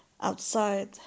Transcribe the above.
outside